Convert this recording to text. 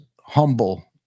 humble